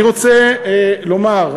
אני רוצה לומר,